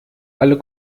alle